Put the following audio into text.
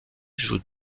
joue